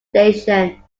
station